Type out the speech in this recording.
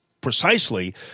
Precisely